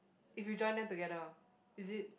if you join them together is it